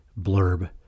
blurb